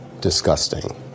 disgusting